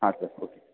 ಹಾಂ sir okay